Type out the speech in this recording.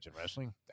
wrestling